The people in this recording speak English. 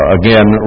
again